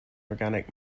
organic